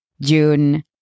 June